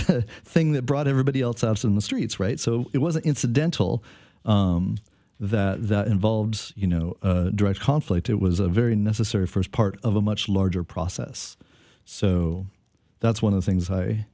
the thing that brought everybody else out in the streets right so it was incidental that that involves you know direct conflict it was a very necessary first part of a much larger process so that's one of the things i